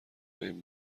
بین